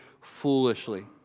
foolishly